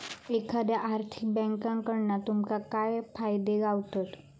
एखाद्या आर्थिक बँककडना तुमका काय फायदे गावतत?